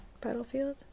battlefield